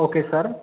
okay sir